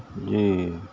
جی